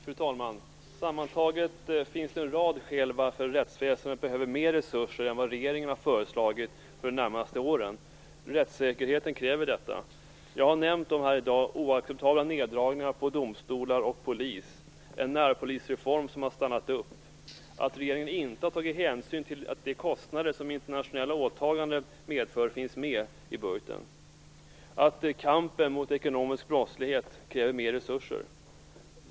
Fru talman! Sammantaget finns det en rad skäl till att rättsväsendet behöver mer resurser än vad regeringen har föreslagit för de närmaste åren. Rättssäkerheten kräver detta. Jag har nämnt dem i dag: oacceptabla neddragningar på domstolar och polis, en närpolisreform som ha stannat upp, att regeringen inte har tagit hänsyn till att de kostnader som internationella åtagande medför finns med i budgeten, att kampen mot ekonomisk brottslighet kräver mer resurser.